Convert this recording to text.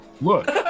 Look